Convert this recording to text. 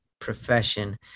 profession